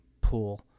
pool